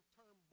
term